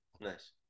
Nice